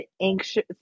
anxious